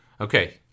Okay